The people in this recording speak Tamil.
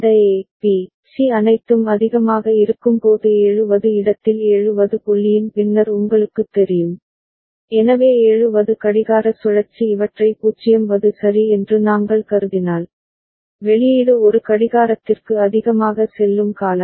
இந்த ஏ பி சி அனைத்தும் அதிகமாக இருக்கும்போது 7 வது இடத்தில் 7 வது புள்ளியின் பின்னர் உங்களுக்குத் தெரியும் எனவே 7 வது கடிகார சுழற்சி இவற்றை 0 வது சரி என்று நாங்கள் கருதினால் வெளியீடு ஒரு கடிகாரத்திற்கு அதிகமாக செல்லும் காலம்